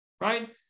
right